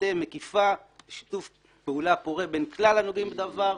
מטה מקיפה ושיתוף פעולה פורה בין כלל הנוגעים בדבר,